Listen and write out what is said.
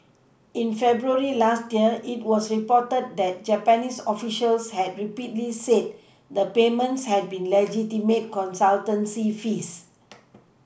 in February last year it was reported that Japanese officials had repeatedly said the payments had been legitimate consultancy fees